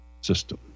system